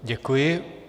Děkuji.